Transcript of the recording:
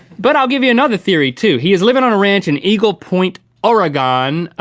but i'll give you another theory, too. he is living on a ranch in eagle point, oregon.